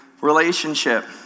relationship